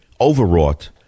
overwrought